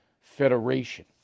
Federation